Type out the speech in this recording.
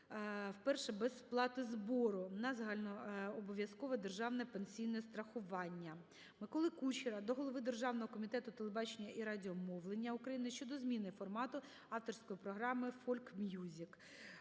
вперше без сплати збору на загальнообов'язкове державне пенсійне страхування. Миколи Кучера до Голови Державного комітету телебачення і радіомовлення України щодо зміни формату авторської програми "Фольк-music"